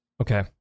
Okay